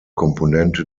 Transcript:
komponente